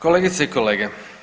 Kolegice i kolege.